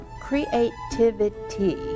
creativity